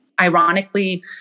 Ironically